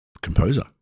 composer